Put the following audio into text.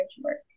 work